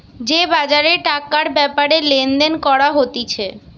যে বাজারে টাকার ব্যাপারে লেনদেন করা হতিছে